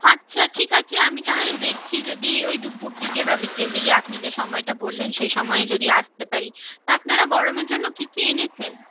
আচ্ছা ঠিক আছে আমি তাহলে দেখছি যদি ওই দুপুর দিকে বা বিকেল দিকে আপনি যে সময়টা বললেন সেই সময় যদি আসতে পারি তা আপনারা গরমের জন্য কী কী এনেছেন